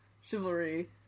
chivalry